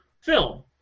film